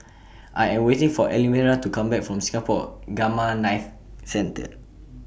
I Am waiting For Elmyra to Come Back from Singapore Gamma Knife Centre